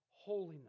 holiness